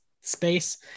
space